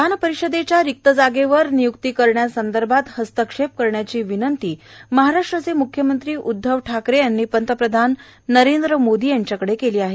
विधानपरिषदेच्या रिक्त जागेवर निय्क्ती करण्यासंदर्भात हस्तक्षेप करण्याची विनंती म्ख्यमंत्री उदधव ठाकरे यांनी पंतप्रधान नरेंद्र मोदी यांच्याकडे केली आहे